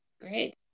Great